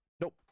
Nope